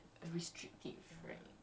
ya ya correct